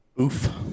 oof